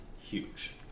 huge